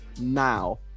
now